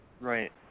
Right